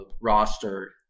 roster